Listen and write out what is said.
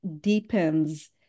deepens